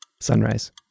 Sunrise